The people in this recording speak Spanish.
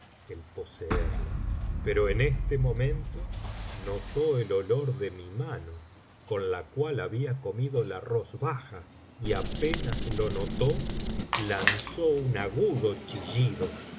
el poseerla pero en este momento notó el olor de mi mano con la cual había comido la rozbaja y apenas lo notó lanzó un agudo chillido